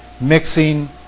mixing